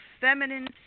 feminine